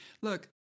Look